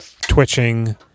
twitching